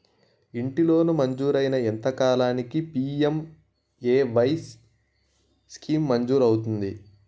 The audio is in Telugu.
ఇంటి లోన్ మంజూరైన ఎంత కాలంలో పి.ఎం.ఎ.వై స్కీమ్ మంజూరు అవుతుంది?